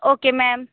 okay ma'am